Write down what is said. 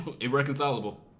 Irreconcilable